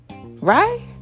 Right